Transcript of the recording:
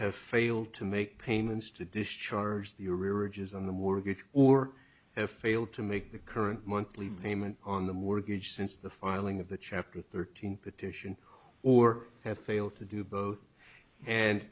have failed to make payments to discharge the arrearages on the mortgage or have failed to make the current monthly payment on the mortgage since the filing of the chapter thirteen petition or have failed to do both and